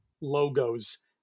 logos